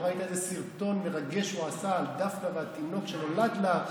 לא ראית איזה סרטון מרגש הוא עשה על דפנה והתינוק שנולד לה,